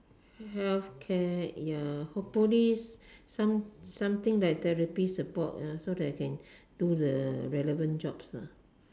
healthcare ya hopefully some something like therapy support so that I can do the relevant jobs ah